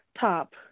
top